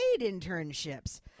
internships